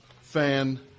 fan